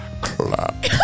clap